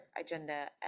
agenda